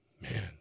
man